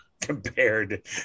compared